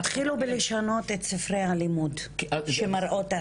תתחילו בלשנות את ספרי הלימוד שמראים את